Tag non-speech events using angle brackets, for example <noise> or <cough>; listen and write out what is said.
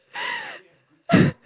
<laughs>